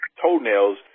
toenails